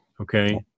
okay